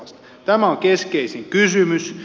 tämä on keskeisin kysymys